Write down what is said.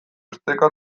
esteka